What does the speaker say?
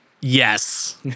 Yes